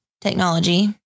technology